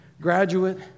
graduate